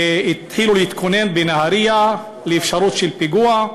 התחילו להתכונן בנהריה לאפשרות של פיגוע.